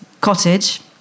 cottage